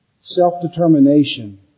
self-determination